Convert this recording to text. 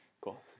Cool